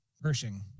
Pershing